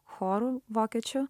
choru vokiečių